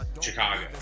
chicago